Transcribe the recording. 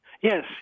Yes